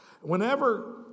Whenever